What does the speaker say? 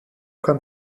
kann